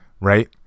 right